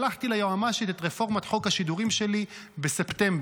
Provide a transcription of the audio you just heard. שלחתי ליועמ"שית את רפורמת חוק השידורים שלי בספטמבר,